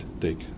take